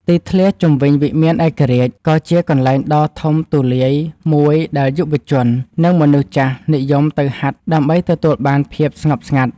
ទីធ្លាជុំវិញវិមានឯករាជ្យ ក៏ជាកន្លែងដ៏ធំទូលាយមួយដែលយុវជន និងមនុស្សចាស់និយមទៅហាត់ដើម្បីទទួលបានភាពស្ងប់ស្ងាត់។